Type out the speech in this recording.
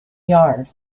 yard